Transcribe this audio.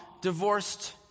divorced